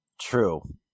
True